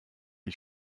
ich